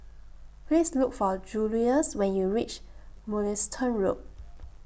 Please Look For Juluis when YOU REACH Mugliston Road